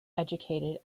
educated